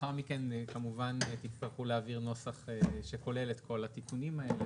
ולאחר מכן תצטרכו להעביר נוסח שכולל את כל התיקונים האלה,